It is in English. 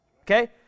Okay